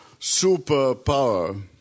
superpower